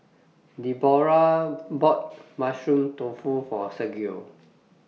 Deborah bought Mushroom Tofu For Sergio